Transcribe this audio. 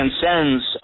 transcends